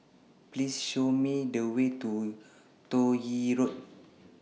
Please Show Me The Way to Toh Yi Road